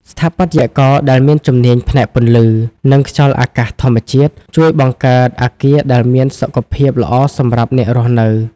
ស្ថាបត្យករដែលមានជំនាញផ្នែកពន្លឺ និងខ្យល់អាកាសធម្មជាតិ ជួយបង្កើតអគារដែលមានសុខភាពល្អសម្រាប់អ្នករស់នៅ។